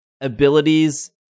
abilities